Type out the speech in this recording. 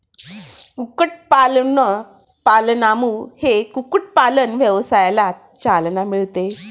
कुक्कुटपालनामुळे कुक्कुटपालन व्यवसायाला चालना मिळते